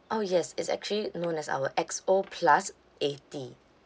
oh yes it's actually known as our X O plus eighty